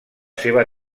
seva